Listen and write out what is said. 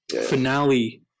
finale